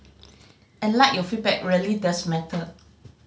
and like your feedback really does matter